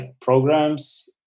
programs